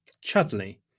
Chudley